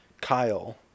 Kyle